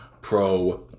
Pro